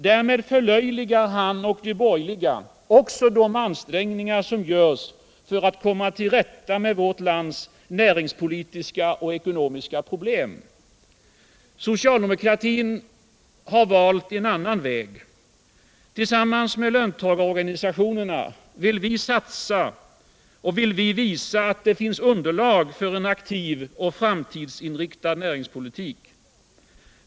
Därmed förlöjligar han och de borgerliga också de ansträngningar som görs för att komma till rätta med vårt lands näringspolitiska och ekonomiska problem. Socialdemokratin har valt en annan väg. Tillsammans med löntagarorganisationerna vill vi visa att det finns underlag för en aktiv och framtidsinriktad näringspolitik.